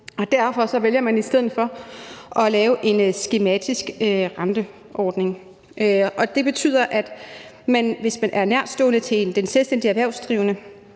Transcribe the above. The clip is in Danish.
derfor vælger man i stedet for at lave en skematisk renteordning. Det betyder, at man, hvis man er en nærtstående til en selvstændig erhvervsdrivende,